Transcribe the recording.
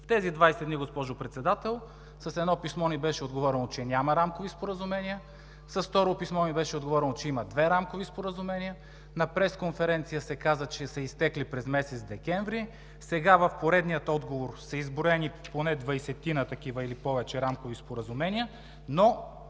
В тези 20 дни, госпожо Председател, с едно писмо ми беше отговорено, че няма рамкови споразумения, с второ писмо ми беше отговорено, че има две рамкови споразумения, на пресконференция се каза, че са изтекли през месец декември, сега, в поредния отговор, са изброени поне двадесетина такива, или повече, рамкови споразумения, но